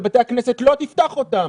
ובתי הכנסת לא תפתח אותם.